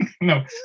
No